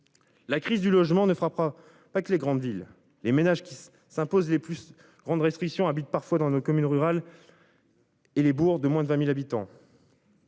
La crise du logement ne frappera pas que les grandes villes, les ménages qui s'imposent les plus grandes restrictions habite parfois dans nos communes rurales. Et les bourgs de moins de 20.000 habitants.